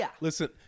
listen